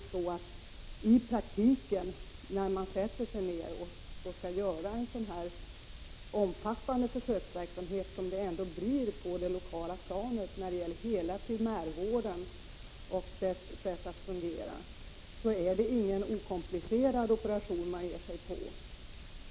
När man i praktiken skall bedriva en omfattande försöksverksamhet, som det blir fråga om på det lokala planet när det gäller hela primärvården och dess sätt att fungera, är det ingen okomplicerad operation man ger sig på.